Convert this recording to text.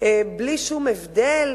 בלי שום הבדל,